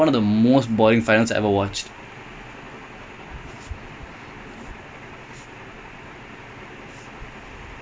in the history no in the history in the history of champion's league pass like six years that I've been watching right world champion's league match easily